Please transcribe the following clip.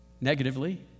negatively